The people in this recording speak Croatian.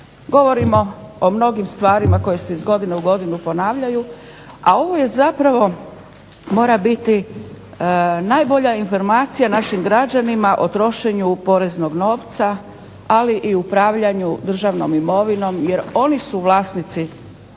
govorimo o mnogim stvarima koje se iz godine u godinu ponavljaju, a ovo je zapravo mora biti najbolja informacija našim građanima o trošenju poreznog novca ali i upravljanju državnom imovinom, jer oni su vlasnici